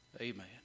Amen